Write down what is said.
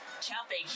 chopping